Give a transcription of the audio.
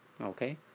okay